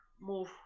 move